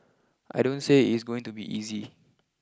I don't say it's going to be easy